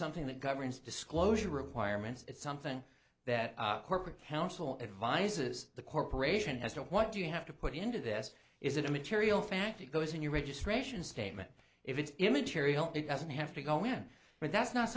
something that governs disclosure requirements is something that corporate counsel advises the corporation has to what do you have to put into this is it a material fact it goes in your registration statement if it's immaterial it doesn't have to go in and that's not